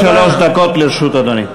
עד שלוש דקות לרשות אדוני.